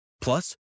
Plus